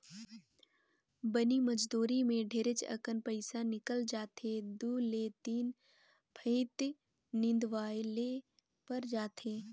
बनी मजदुरी मे ढेरेच अकन पइसा निकल जाथे दु ले तीन फंइत निंदवाये ले पर जाथे